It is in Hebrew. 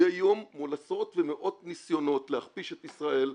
מדי יום מול עשרות ומאות נסיונות להכפיש את ישראל,